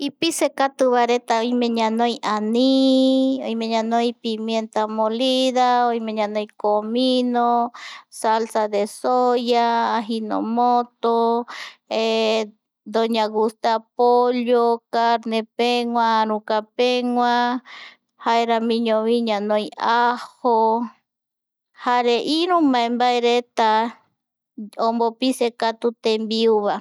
Ipisekatuvareta oime ñanoi aníiiis, oime ñanoi pienta molida, oime ñanoi comino, salsa de soya, ajinomoto, doña gusta pollo, carne pegua, arukapegua, jaeramiñovi ñanoi ajo, jare iru mbae mbaereta, ombopise katu tembiuva